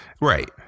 Right